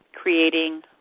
creating